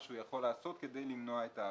שהוא יכול לעשות כדי למנוע את העבירה.